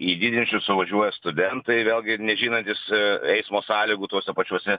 į didmiesčius suvažiuoja studentai vėlgi ir nežinantys eismo sąlygų tuose pačiuose